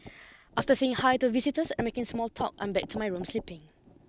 after saying hi to visitors and making small talk I'm back to my room sleeping